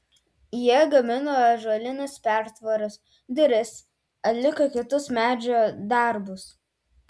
jie gamino ąžuolines pertvaras duris atliko kitus medžio darbus